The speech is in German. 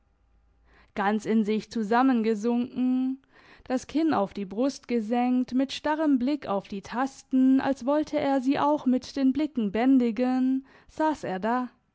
ganz in sich zusammengesunken das kinn auf die brust gesenkt mit starrem blick auf die tasten als wollte er sie auch mit den blicken bändigen sass er da